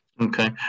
Okay